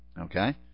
Okay